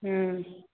हूँ